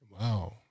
Wow